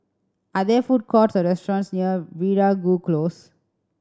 are there food courts or restaurants near Veeragoo Close